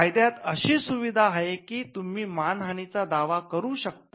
कायद्यात अशी सुविधा आहे की तुम्ही मानहानीचा दावा करू शकतात